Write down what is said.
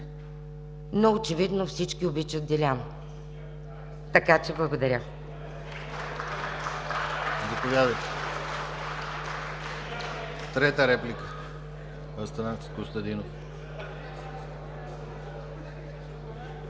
Но очевидно всички обичат Делян, така че благодаря.